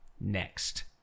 next